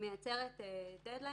בגדול היא מייצרת דד-ליין.